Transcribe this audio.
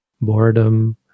boredom